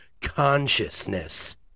Consciousness